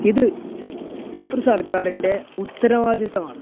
ഇത് ഒരു സർക്കാരിൻ്റെ ഉത്തരവാദിത്തമാണ്